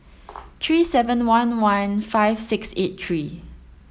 three seven one one five six eight three